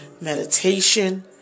meditation